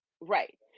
right